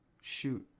shoot